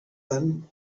then